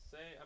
Say